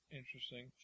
interesting